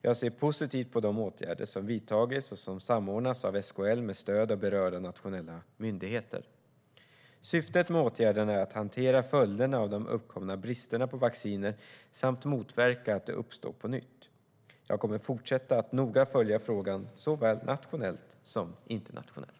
Jag ser positivt på de åtgärder som vidtagits och som samordnats av SKL med stöd av berörda nationella myndigheter. Syftet med åtgärderna är att hantera följderna av de uppkomna bristerna på vacciner samt motverka att sådana uppstår på nytt. Jag kommer fortsatt att noga följa frågan såväl nationellt som internationellt.